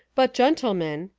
but, gentlemen,